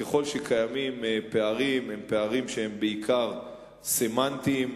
ככל שקיימים פערים, הם בעיקר סמנטיים,